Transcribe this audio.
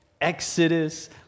Exodus